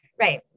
right